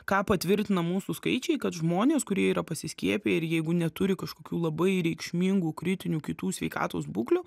ką patvirtina mūsų skaičiai kad žmonės kurie yra pasiskiepiję ir jeigu neturi kažkokių labai reikšmingų kritinių kitų sveikatos būklių